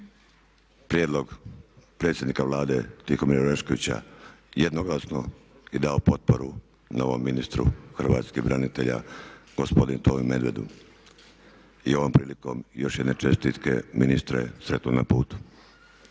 prijedlog predsjednika Vlade Tihomira Oreškovića jednoglasno i dao potporu novom ministru hrvatskih branitelja gospodinu Tomi Medvedu. I ovom prilikom još jedne čestitke. Ministre sretno na putu.